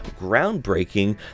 groundbreaking